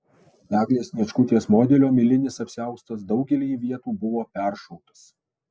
eglės sniečkutės modelio milinis apsiaustas daugelyje vietų buvo peršautas